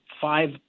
five